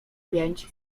pięć